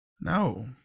No